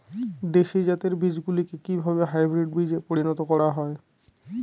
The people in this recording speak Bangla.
দেশি জাতের বীজগুলিকে কিভাবে হাইব্রিড বীজে পরিণত করা হয়?